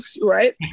Right